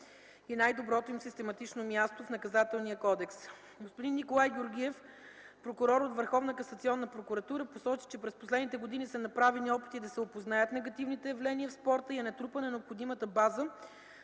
и най-доброто им систематично място в Наказателния кодекс. Господин Николай Георгиев, прокурор от ВКП, посочи, че през последните години са направени опити да се опознаят негативните явления в спорта и е натрупана необходимата база,